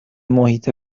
محیط